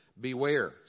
Beware